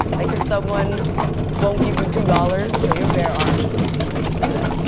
like if someone won't give you two dollars. yo you're bare arms. that's how you would say that.